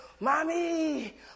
Mommy